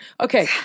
Okay